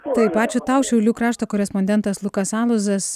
taip ačiū tau šiaulių krašto korespondentas lukas aluzas